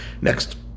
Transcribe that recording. Next